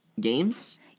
games